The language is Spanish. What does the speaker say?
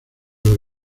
los